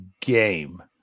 game